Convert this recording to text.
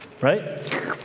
right